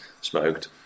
smoked